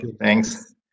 thanks